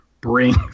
bring